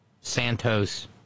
Santos